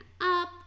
up